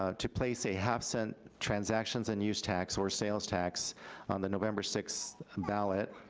ah to place a half cent transactions and use tax or sales tax on the november sixth ballot.